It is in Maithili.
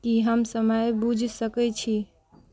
की हम समय बुझि सकैत छी